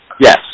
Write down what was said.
Yes